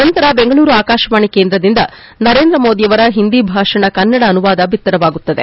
ನಂತರ ಬೆಂಗಳೂರು ಆಕಾಶವಾಣಿ ಕೇಂದ್ರದಿಂದ ನರೇಂದ್ರ ಮೋದಿಯವರ ಹಿಂದಿ ಭಾಷಣ ಕನ್ನಡ ಅನುವಾದ ಬಿತ್ತರವಾಗುತ್ತದೆ